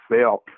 felt